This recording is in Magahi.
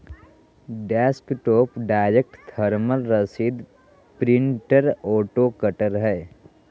डेस्कटॉप डायरेक्ट थर्मल रसीद प्रिंटर ऑटो कटर हइ